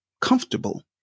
comfortable